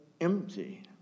empty